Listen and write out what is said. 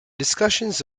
discussions